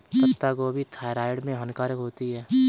पत्ता गोभी थायराइड में हानिकारक होती है